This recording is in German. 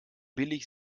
billig